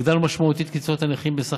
הגדלנו משמעותית את קצבאות הנכים בסך